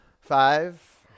Five